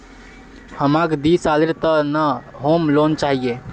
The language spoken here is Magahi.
हमाक दी सालेर त न होम लोन चाहिए